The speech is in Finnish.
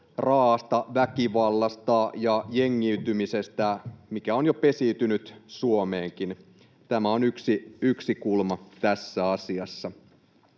raa’asta väkivallasta ja jengiytymisestä, mikä on jo pesiytynyt Suomeenkin. Tämä on yksi kulma tässä asiassa.